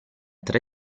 tre